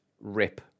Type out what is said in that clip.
rip